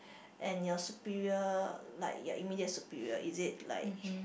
and your superior like your immediate superior is it like